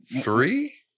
three